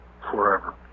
forever